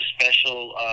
special